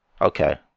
Okay